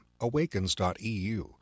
Awakens.EU